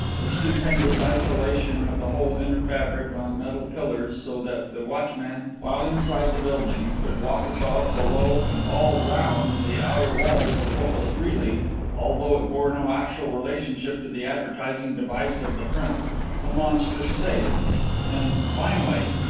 the stupendous isolation of the whole inner fabric on metal pillars so that the watchman, while inside the building, could walk above, below, and all round the outer walls of what was really although it bore no actual relationship to the advertising device of the front a monstrous safe and, finally,